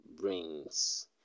brings